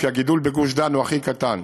כי הגידול בגוש דן הוא הכי קטן.